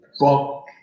fuck